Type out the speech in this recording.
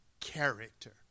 character